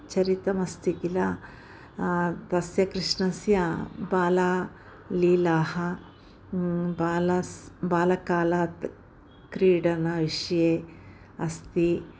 चरित्रमस्ति किल तस्य कृष्णस्य बाल्यलीलाः बालाः बाल्यकालात् क्रीडनविषये अस्ति